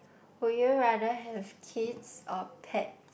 would you rather have kids or pet